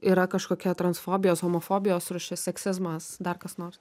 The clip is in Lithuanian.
yra kažkokia transfobijos homofobijos rūšis seksizmas dar kas nors